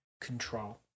control